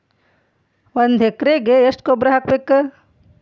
ಒಂದ್ ಎಕರೆಗೆ ಎಷ್ಟ ಗೊಬ್ಬರ ಹಾಕ್ಬೇಕ್?